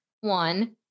one